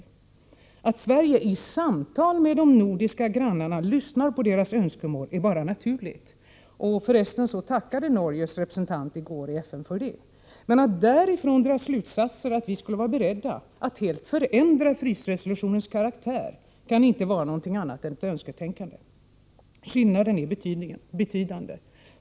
Det förhållandet att Sverige i samtal med sina nordiska grannar lyssnar på deras önskemål är bara naturligt — för resten tackade Norges representant i FN för det i går — men att därav dra slutsaten att vi skulle vara beredda att helt förändra frysresolutionens karaktär kan inte vara något annat än ett önsketänkande. Skillnaden är betydande.